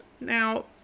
Now